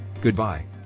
Goodbye